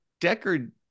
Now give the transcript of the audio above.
Deckard